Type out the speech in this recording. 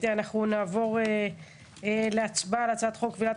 אנחנו נעבור להצבעה על הצעת חוק כבילת